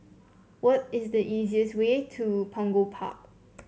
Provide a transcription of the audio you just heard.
what is the easiest way to Punggol Park